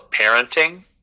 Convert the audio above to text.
parenting